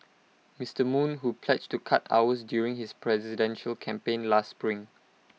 Mister moon who pledged to cut hours during his presidential campaign last spring